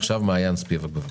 מעין ספיבק, בבקשה.